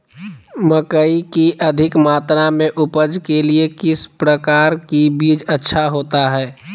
मकई की अधिक मात्रा में उपज के लिए किस प्रकार की बीज अच्छा होता है?